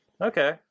Okay